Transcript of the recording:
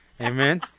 Amen